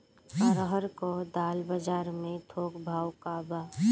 अरहर क दाल बजार में थोक भाव का बा?